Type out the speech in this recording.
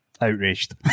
outraged